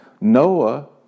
Noah